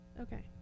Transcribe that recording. Okay